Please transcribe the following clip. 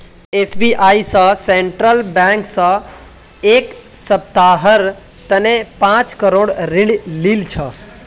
SBI स central bank एक सप्ताहर तने पांच करोड़ ऋण लिल छ